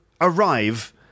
arrive